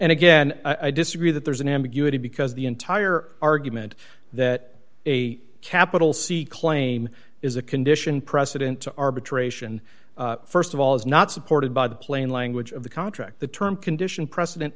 and again i disagree that there's an ambiguity because the entire argument that a capital c claim is a condition precedent to arbitration st of all is not supported by the plain language of the contract the term condition precedent